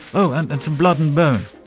oh and and some blood and bone.